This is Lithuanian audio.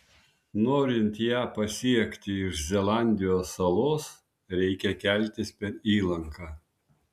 norint ją pasiekti iš zelandijos salos reikia keltis per įlanką